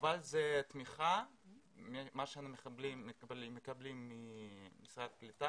התמיכה שאנחנו מקבלים ממשרד הקליטה,